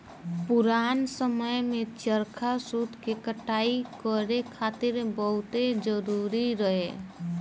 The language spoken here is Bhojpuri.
पुरान समय में चरखा सूत के कटाई करे खातिर बहुते जरुरी रहे